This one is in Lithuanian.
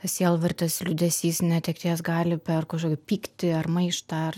sielvartas liūdesys netekties gali per kažkokį pyktį ar maištą ar